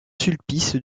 sulpice